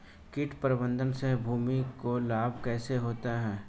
कीट प्रबंधन से भूमि को लाभ कैसे होता है?